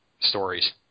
stories